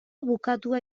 bukatua